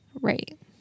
Right